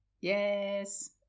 Yes